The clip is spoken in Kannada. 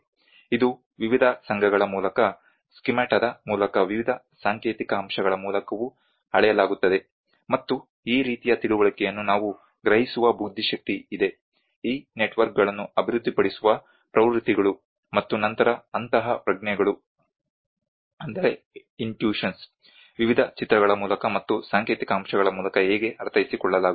ಇದು ವಿವಿಧ ಸಂಘಗಳ ಮೂಲಕ ಸ್ಕೀಮಾಟಾದ ಮೂಲಕ ವಿವಿಧ ಸಾಂಕೇತಿಕ ಅಂಶಗಳ ಮೂಲಕವೂ ಅಳೆಯಲಾಗುತ್ತದೆ ಮತ್ತು ಈ ರೀತಿಯ ತಿಳುವಳಿಕೆಯನ್ನು ನಾವು ಗ್ರಹಿಸುವ ಬುದ್ಧಿಶಕ್ತಿ ಇದೆ ಈ ನೆಟ್ವರ್ಕ್ಗಳನ್ನು ಅಭಿವೃದ್ಧಿಪಡಿಸುವ ಪ್ರವೃತ್ತಿಗಳು ಮತ್ತು ನಂತರ ಅಂತಃಪ್ರಜ್ಞೆಗಳು ವಿವಿಧ ಚಿತ್ರಗಳ ಮೂಲಕ ಮತ್ತು ಸಾಂಕೇತಿಕಅಂಶಗಳ ಮೂಲಕ ಹೇಗೆ ಅರ್ಥೈಸಿಕೊಳ್ಳಲಾಗುತ್ತದೆ